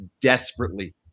desperately